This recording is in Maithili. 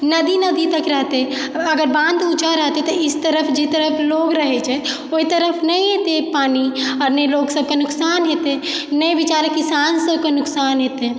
नदी नदी तक रहतै अगर बान्ध ऊँचा रहतै तऽ इस तरफ जइ तरफ लोग रहै छै ओइ तरफ नइँ एतै पानी आ नइँ लोक सब के नुकसान हेतै नइँ बेचारा किसान सब के नुकसान हेतै